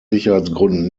sicherheitsgründen